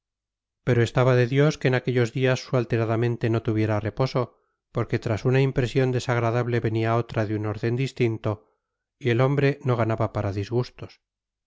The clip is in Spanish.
pero estaba de dios que en aquellos días su alterada mente no tuviera reposo porque tras una impresión desagradable venía otra de un orden distinto y el hombre no ganaba para disgustos